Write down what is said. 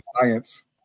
science